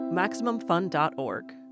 MaximumFun.org